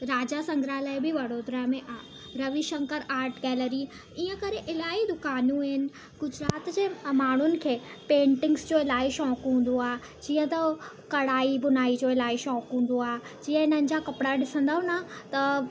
राजा संग्रालय बि वड़ोदरा में आहे रवि शंकर आट गैलरी ईअं करे इलाही दुकानूं आहिनि गुजरात जे माण्हुनि खे पेटिंग्स जो इलाही शौक़ु हूंदो आहे जीअं त ओ कढ़ाई भुनाई जो इलाही शौक़ु हूंदो आहे जीअं हिननि जा कपिड़ा ॾिसंदव न त